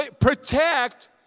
Protect